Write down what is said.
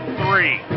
three